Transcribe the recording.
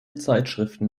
zeitschriften